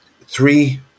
three